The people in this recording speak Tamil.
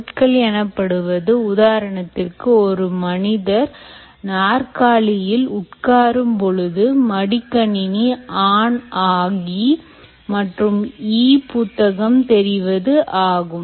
பொருட்கள் எனப்படுவது உதாரணத்திற்கு ஒரு மனிதர் நாற்காலியில் உட்காரும் பொழுது மடிக்கணினி ஆன் ஆகி மற்றும்E புத்தகம் தெரிவது ஆகும்